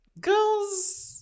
Girls